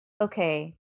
Okay